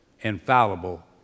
infallible